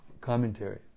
Commentary